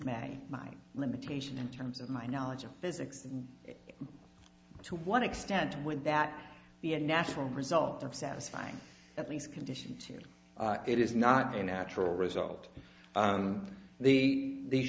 mind limitation in terms of my knowledge of physics and to what extent would that be a natural result of satisfying at least conditions here it is not a natural result of the the